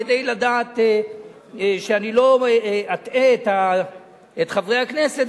כדי לדעת שאני לא אטעה את חברי הכנסת,